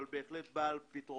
אבל בהחלט היא באה על פתרונה.